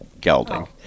gelding